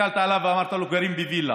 כשהסתכלת עליו ואמרת לו: גרים בווילה,